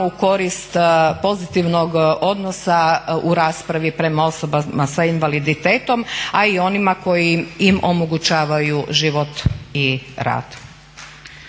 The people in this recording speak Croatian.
u korist pozitivnog odnosa u raspravi prema osobama sa invaliditetom a i onima koji im omogućavaju život i rad.